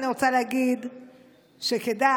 אני רוצה להגיד שכדאי,